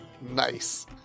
Nice